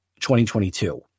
2022